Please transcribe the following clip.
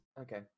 okay